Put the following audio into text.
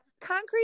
Concrete